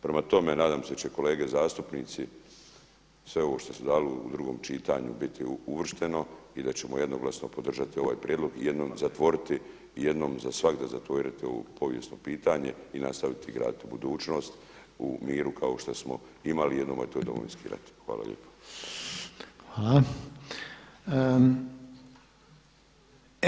Prema tome, nadam se da će kolege zastupnici sve ovo što se dalo u drugom čitanju biti uvršteno i da ćemo jednoglasno podržati ovaj prijedlog i jednom zatvoriti, jednom za svagda zatvoriti ovo povijesno pitanje i nastaviti graditi budućnost u miru kao što smo imali jednom, a to je Domovinski rat.